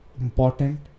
important